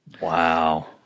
Wow